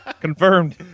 Confirmed